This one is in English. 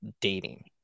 dating